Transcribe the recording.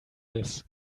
this